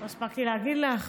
לא הספקתי להגיד לך.